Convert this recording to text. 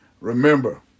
Remember